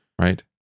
right